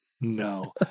No